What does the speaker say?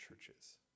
churches